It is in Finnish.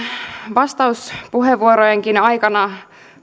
vastauspuheenvuorojenkin aikana